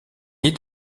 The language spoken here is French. est